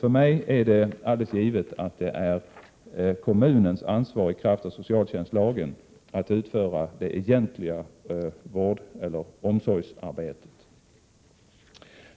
För mig är det helt givet att det i enlighet med socialtjänstlagen är kommunens ansvar att utföra det egentliga omsorgsarbetet.